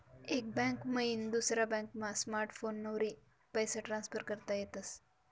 एक बैंक मईन दुसरा बॅकमा स्मार्टफोनवरी पैसा ट्रान्सफर करता येतस